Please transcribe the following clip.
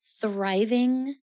thriving